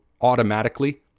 automatically